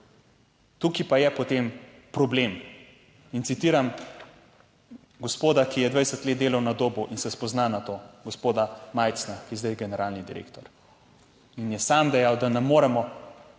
tukaj pa je potem problem. In citiram gospoda, ki je 20 let delal na Dobu in se spozna na to, gospoda Majcna, ki je zdaj generalni direktor in je sam dejal, da ne moremo